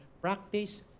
Practice